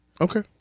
Okay